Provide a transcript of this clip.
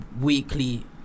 weekly